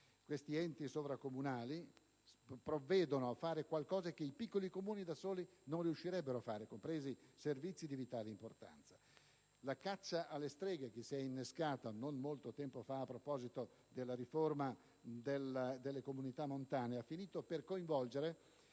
Questi enti sovracomunali provvedono a fare qualcosa che i piccoli Comuni da soli non riuscirebbero a fare, compresi servizi di vitale importanza. La caccia alle streghe che si è innescata non molto tempo fa a proposito della riforma delle comunità montane ha finito per coinvolgere,